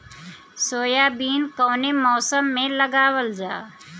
Soybean कौने मौसम में लगावल जा?